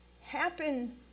happen